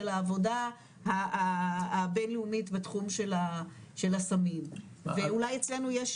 העבודה הבינלאומית בתחום של הסמים ואולי אצלנו יש